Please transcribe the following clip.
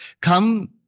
Come